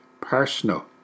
personal